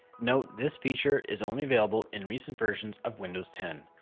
note, this feature is only available in recent versions of windows ten.